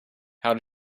how